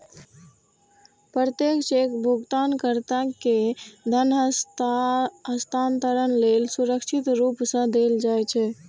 प्रत्येक चेक भुगतानकर्ता कें धन हस्तांतरण लेल सुरक्षित रूप सं देल जाइ छै